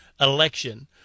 Election